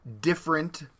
different